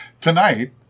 Tonight